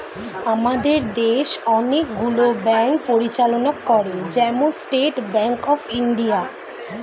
আমাদের দেশ অনেক গুলো ব্যাঙ্ক পরিচালনা করে, যেমন স্টেট ব্যাঙ্ক অফ ইন্ডিয়া